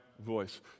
voice